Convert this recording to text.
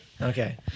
Okay